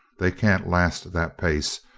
they can't last that pace.